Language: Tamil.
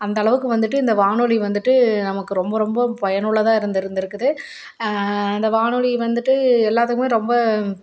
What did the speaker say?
அந்த அளவுக்கு வந்துவிட்டு இந்த வானொலி வந்துவிட்டு நமக்கு ரொம்ப ரொம்ப பயனுள்ளதாக இருந்து இருந்துருக்குது இந்த வானொலி வந்துவிட்டு எல்லாத்துக்குமே ரொம்ப